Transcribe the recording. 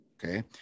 Okay